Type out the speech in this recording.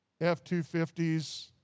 F-250s